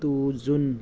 two June